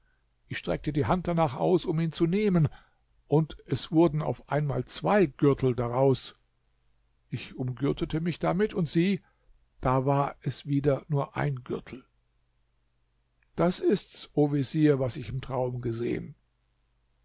ich streckte die hand danach aus um ihn zu nehmen und es wurden auf einmal zwei gürtel daraus ich umgürtete mich damit und sieh da war es wieder nur ein gürtel das ist's o vezier was ich im traum gesehen